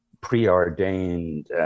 preordained